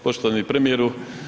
Poštovani premijeru.